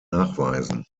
nachweisen